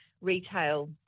retail